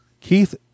Keith